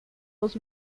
was